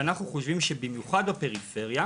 אנחנו חושבים שבמיוחד בפריפריה,